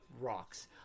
rocks